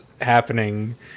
happening